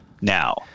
now